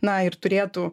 na ir turėtų